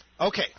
Okay